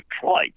Detroit